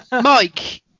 Mike